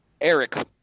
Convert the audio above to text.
Eric